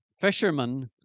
fisherman